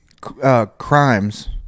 Crimes